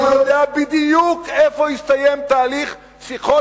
כי הוא יודע בדיוק איפה יסתיים תהליך השיחות